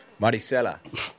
Maricela